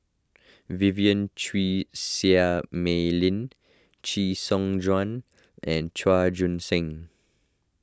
Vivien Quahe Seah Mei Lin Chee Soon Juan and Chua Joon Siang